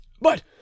But